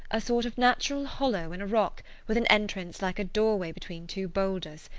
a sort of natural hollow in a rock, with an entrance like a doorway between two boulders.